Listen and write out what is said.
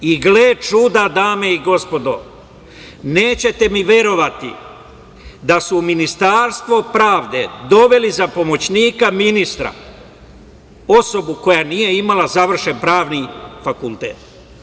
I gle čuda, dame i gospodo, nećete mi verovati da su u Ministarstvo pravde doveli za pomoćnika ministra osobu koja nije imala završen pravni fakultet.